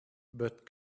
but